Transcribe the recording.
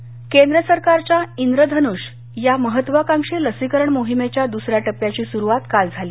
लसीकरण केंद्र सरकारच्या विधनुष्य या महत्वाकांक्षी लसीकरण मोहीमेच्या दुसऱ्या टप्प्याची सुरूवात काल झाली